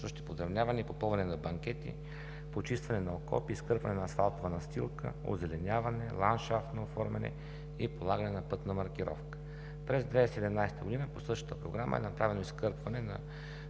включващи подравняване и попълване на банкети, почистване на окопи, изкърпване на асфалтова настилка, озеленяване, ландшафтно оформяне и полагане на пътна маркировка. През 2017 г. по същата програма е направено изкърпване на